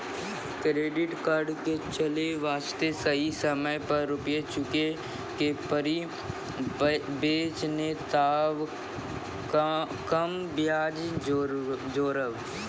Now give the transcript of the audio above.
Credit card के चले वास्ते सही समय पर रुपिया चुके के पड़ी बेंच ने ताब कम ब्याज जोरब?